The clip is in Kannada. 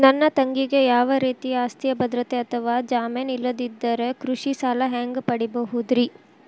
ನನ್ನ ತಂಗಿಗೆ ಯಾವ ರೇತಿಯ ಆಸ್ತಿಯ ಭದ್ರತೆ ಅಥವಾ ಜಾಮೇನ್ ಇಲ್ಲದಿದ್ದರ ಕೃಷಿ ಸಾಲಾ ಹ್ಯಾಂಗ್ ಪಡಿಬಹುದ್ರಿ?